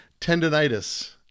tendonitis